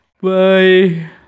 Bye